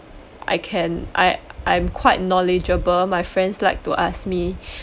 I can I I'm quite knowledgeable my friends like to ask me